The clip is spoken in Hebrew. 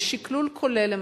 בשקלול כולל,